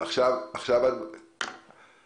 שבעיניי הוא קיצוני?